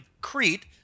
Crete